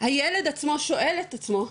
הילד עצמו שואל את עצמו,